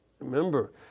Remember